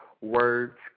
Words